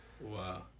Wow